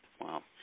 Wow